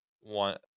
one